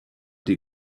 die